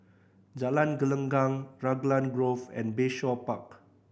Jalan Gelenggang Raglan Grove and Bayshore Park